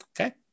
Okay